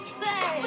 say